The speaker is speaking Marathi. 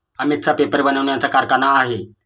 अमितचा पेपर बनवण्याचा कारखाना आहे